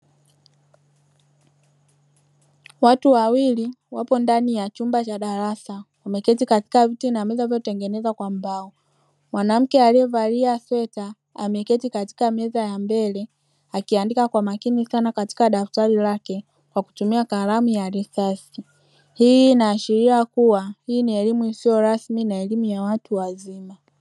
Watu wawili wapo ndani ya chumba cha darasa wameketi katika kutengeneza kwa mbao. Mwanamke aliyevaliwa sweta ameketi katika meza ya mbele akiandika kwa makini sana katika daftari lake kwa kutumia kalamu ya risasi. Hii inaashiria kuwa hii ni elimu isiyo rasmi na elimu ya watu wazima.